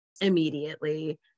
immediately